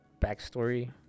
backstory